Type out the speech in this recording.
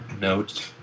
note